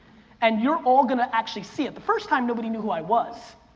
and you're all gonna actually see it. the first time, nobody knew who i was.